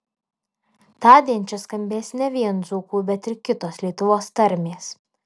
tądien čia skambės ne vien dzūkų bet ir kitos lietuvos tarmės